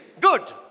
Good